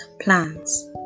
plants